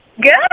good